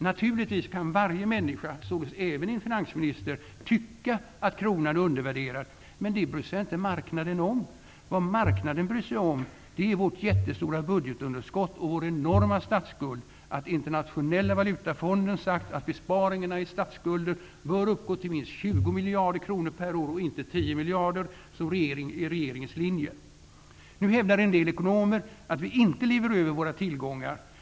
Naturligtvis kan varje människa, således även en finansminister, tyckaatt kronan är undervärderad. Men det bryr sig inte marknaden om. Vad marknaden bryr sig om är vårt jättestora budgetunderskott och vår enorma statsskuld, att Internationella valutafonden sagt att besparingarna i statsbudgeten bör uppgå till minst 20 miljarder kronor per år och inte l0 miljarder kronor, som är regeringens linje. Nu hävdar en del ekonomer att vi inte lever över våra tillgångar.